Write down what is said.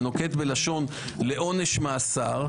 שנוקט בלשון "לעונש מאסר",